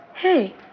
Hey